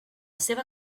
seva